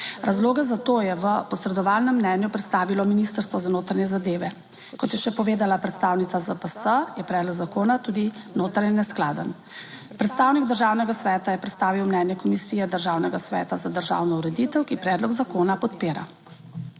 Razloge za to je v posredovanem mnenju predstavilo Ministrstvo za notranje zadeve. Kot je še povedala predstavnica ZPS, je predlog zakona tudi notranje neskladen. Predstavnik Državnega sveta je predstavil mnenje Komisije Državnega sveta za državno ureditev, ki predlog zakona podpira.